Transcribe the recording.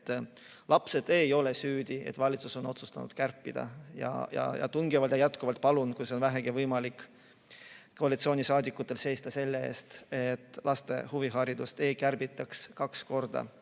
et lapsed ei ole süüdi, et valitsus on otsustanud kärpida. Tungivalt ja jätkuvalt palun, kui see on vähegi võimalik, koalitsioonisaadikutel seista selle eest, et laste huvihariduse [rahastust] ei kärbitaks kaks korda.